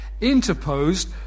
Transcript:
interposed